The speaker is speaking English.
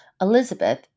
Elizabeth